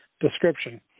description